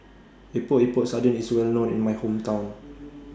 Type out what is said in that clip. Epok Epok Sardin IS Well known in My Hometown